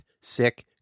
sick